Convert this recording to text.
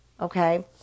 Okay